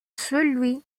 celui